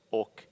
och